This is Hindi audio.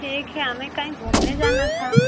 ठीक है हमें कहीं घूमने जाना था